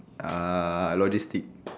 uh logistics